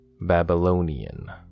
babylonian